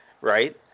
right